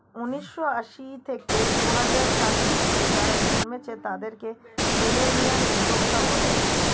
উন্নিশো আশি থেকে দুহাজার সালের মধ্যে যারা জন্মেছে তাদেরকে মিলেনিয়াল উদ্যোক্তা বলে